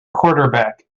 quarterback